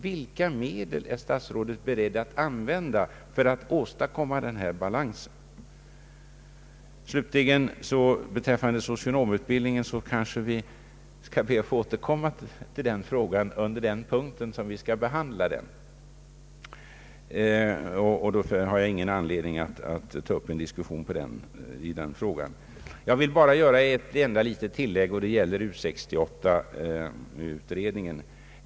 Vilka medel är statsrådet beredd att använda för att åstadkomma denna balans? Beträffande socionomutbildningen ber jag att få återkomma, då vi behandlar den punkt i utskottsutlåtandet som gäller denna. Jag har ingen anledning att nu ta upp en diskussion i den frågan. Jag vill slutligen göra ett enda litet tillägg, som gäller U 68.